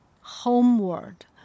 homeward